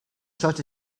sought